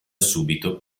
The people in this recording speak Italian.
subito